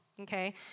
Okay